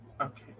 Okay